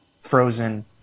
frozen